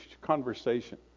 conversation